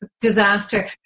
disaster